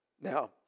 Now